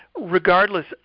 regardless